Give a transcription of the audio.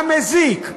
המזיק,